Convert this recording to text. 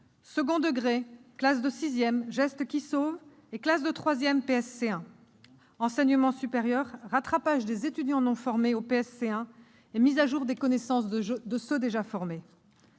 second degré- classe de sixième « gestes qui sauvent » et classe de troisième « PSC1 »; enseignement supérieur- « rattrapage » des étudiants non formés au PSC1 et mise à jour des connaissances de ceux qui sont déjà formés.